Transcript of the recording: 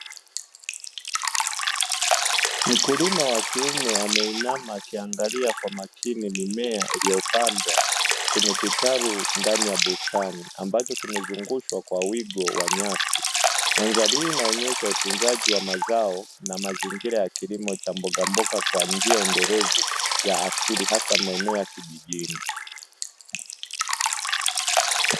Mkulima wa kiume ameinama akiangalia kwa makini mimea iliyopandwa kwenye kitalu ndani ya bustani ambacho kimezungushwa kwa wigo wa nyasi mandhari hii inaonyesha utunzaji wa mazao na mazingira ya kilimo cha mbogamboga kwa njia endelevu ya asili hasa maeneo ya kijijini.